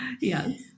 Yes